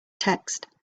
text